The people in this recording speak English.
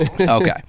okay